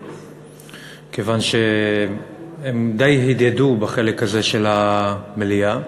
כיוון שהם די הדהדו בחלק הזה של המליאה.